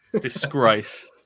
Disgrace